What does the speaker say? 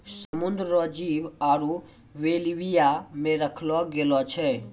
समुद्र रो जीव आरु बेल्विया मे रखलो गेलो छै